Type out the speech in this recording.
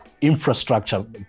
infrastructure